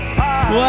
time